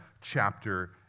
chapter